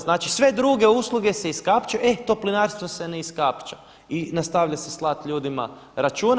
Znači sve druge usluge se iskapčaju, e Toplinarstvo se ne iskapča i nastavlja se slat ljudima račun.